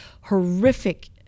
horrific